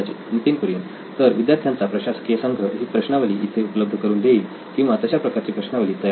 नितीन कुरियन तर विद्यार्थ्यांचा प्रशासकीय संघ ही प्रश्नावली इथे उपलब्ध करुन देईल किंवा तशा प्रकारची प्रश्नावली तयार करेल